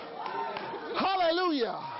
Hallelujah